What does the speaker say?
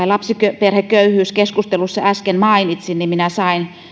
lapsiperheköyhyyskeskustelussa äsken mainitsin niin minä sain